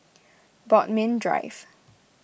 Bodmin Drive